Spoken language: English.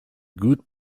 good